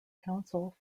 council